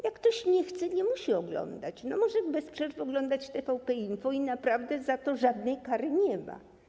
Jak ktoś nie chce, nie musi oglądać, może bez przerwy oglądać TVP Info i naprawdę za to żadnej kary nie ma.